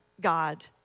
God